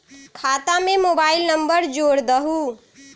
खाता में mobile number जोड़ दहु?